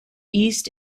east